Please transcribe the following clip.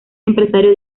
empresario